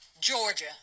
Georgia